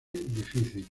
difícil